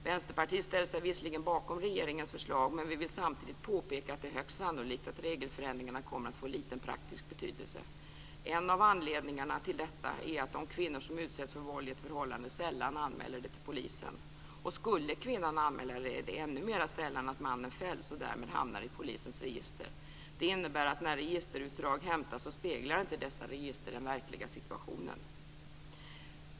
Vänsterpartiet ställer sig visserligen bakom regeringens förslag, men vi vill samtidigt påpeka att det är högst sannolikt att regelförändringarna kommer att få liten praktisk betydelse. En av anledningarna till detta är att de kvinnor som utsätts för våld i ett förhållande sällan anmäler det till polisen. Och skulle kvinnan anmäla är det ännu mer sällan att mannen fälls och därmed hamnar i polisens register. Det innebär att när registerutdrag hämtas så speglar inte dessa register den verkliga situationen.